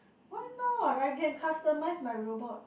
why not I can customise my robot